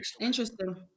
Interesting